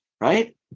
right